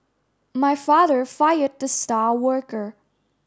my father fired the star worker